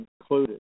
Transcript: included